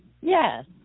yes